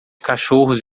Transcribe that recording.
cachorros